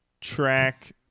track